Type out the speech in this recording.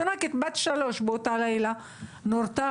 תינוקת בת שלוש באותו הלילה נורתה,